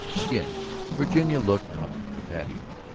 again virginia looked out into the patio.